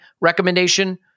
recommendation